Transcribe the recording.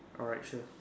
alright sure